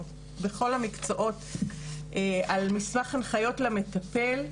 בכל המקצועות על מסמך הנחיות למטפל,